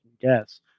guess